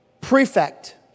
prefect